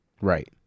Right